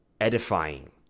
edifying